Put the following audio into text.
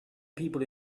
people